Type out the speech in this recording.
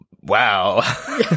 wow